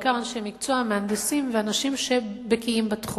בעיקר אנשי מקצוע: מהנדסים ואנשים שבקיאים בתחום.